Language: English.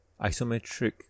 isometric